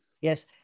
yes